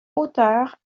hauteur